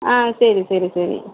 ஆ சரி சரி சரி